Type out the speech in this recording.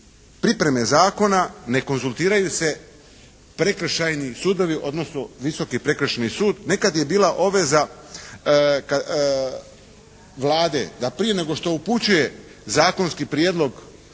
pripreme zakona ne konzultiraju se prekršajni sudovi, odnosno Visoki prekršajni sud. Nekad je bila obveza Vlade da prije nego što upućuje zakonski prijedlog